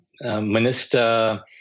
Minister